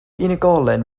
unigolyn